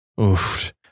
Oof